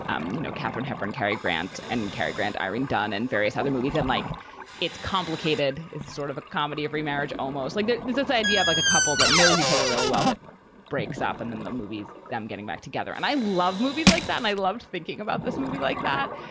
um you know, katharine hepburn, cary grant and cary grant, irene dunne and various other movies that, like it's complicated, is sort of a comedy of remarriage, almost like this this idea of like a couple that knows each other really well. that breaks up. and then the movies, them getting back together. and i love movies like that. my loved thinking about this movie like that.